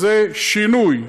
זה שינוי,